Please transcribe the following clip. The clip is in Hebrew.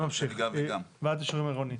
נמשך לוועדת אישורים עירונית.